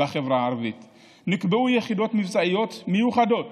בחברה הערבית נקבעו יחידות מבצעיות מיוחדות